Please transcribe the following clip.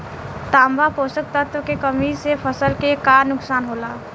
तांबा पोषक तत्व के कमी से फसल के का नुकसान होला?